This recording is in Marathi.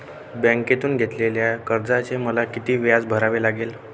बँकेकडून घेतलेल्या कर्जाचे मला किती व्याज भरावे लागेल?